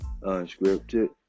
Unscripted